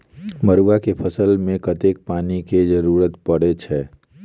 मड़ुआ केँ फसल मे कतेक पानि केँ जरूरत परै छैय?